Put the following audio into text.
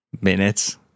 minutes